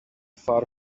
far